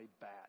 bad